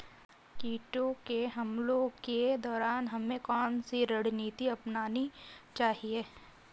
कीटों के हमलों के दौरान हमें कौन सी रणनीति अपनानी चाहिए?